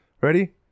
Ready